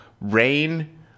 rain